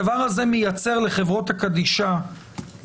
הדבר הזה מייצר לרוב חברות הקדישא רזרבות